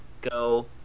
go